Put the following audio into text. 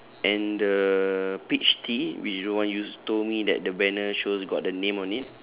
and the peach tea which is the one you told me that the banner shows got the name on it